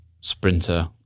sprinter